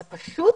זאת פשוט